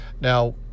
now